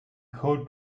cold